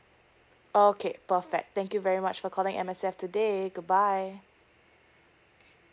okay perfect thank you very much for calling M_S_F today goodbye